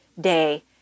day